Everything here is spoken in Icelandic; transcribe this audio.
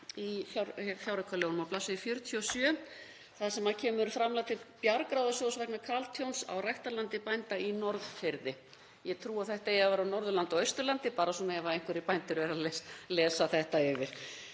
á bls. 47, þar sem talað er um framlag til Bjargráðasjóðs vegna kaltjóns á ræktarlandi bænda á Norðfirði. Ég trúi að þetta eigi að vera á Norðurlandi og Austurlandi, bara svona ef einhverjir bændur fara að lesa þetta yfir.